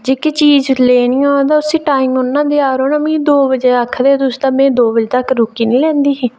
जेह्की चीज देनी होऐ ना उसी टाइम नेईं ना गुजारो ना मिगी दो बजे धोड़ी आखदे तुस ते में दो बजे तक्कर रुकी निं लैंदी ही